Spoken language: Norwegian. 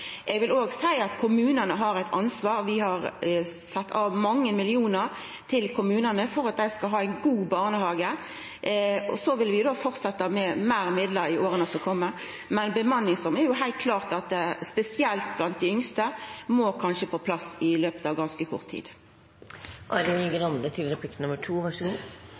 Eg vil òg seia at kommunane har eit ansvar. Vi har sett av mange millionar til kommunane for at dei skal ha ein god barnehage, og vi vil fortsetja med meir midlar i åra som kjem, men det er klart at ei bemanningsnorm må på plass om ganske kort tid, spesielt blant dei yngste. Jeg er usikker på om kommunene føler at behovet deres er godt nok fulgt opp i